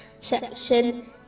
section